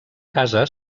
casa